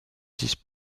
disent